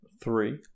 Three